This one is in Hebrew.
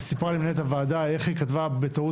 סיפרה לי מנהלת הוועדה איך היא כתבה בטעות